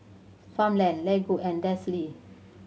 Farmland Lego and Delsey